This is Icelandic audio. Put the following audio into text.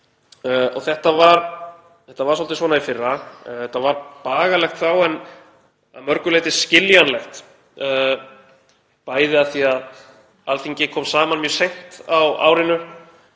Þetta var svolítið svona í fyrra, þetta var bagalegt þá en að mörgu leyti skiljanlegt, bæði af því að Alþingi kom saman mjög seint á árinu